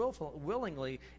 willingly